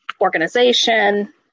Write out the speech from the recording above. organization